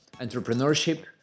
entrepreneurship